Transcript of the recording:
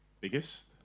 Biggest